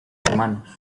hermanos